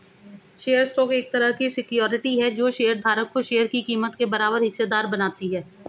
share stock एक तरह की सिक्योरिटी है जो शेयर धारक को शेयर की कीमत के बराबर हिस्सेदार बनाती है